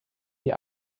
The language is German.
die